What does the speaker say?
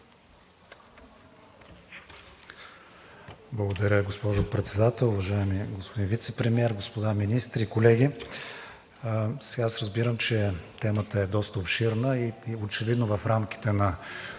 Благодаря, госпожо Председател. Уважаеми господин Вицепремиер, господа министри, колеги! Аз разбирам, че темата е доста обширна и очевидно в рамките на